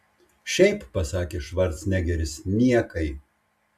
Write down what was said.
šiaip pasakė švarcnegeris niekai